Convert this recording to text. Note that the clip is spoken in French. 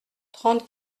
trente